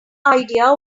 idea